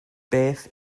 beth